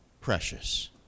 precious